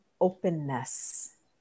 openness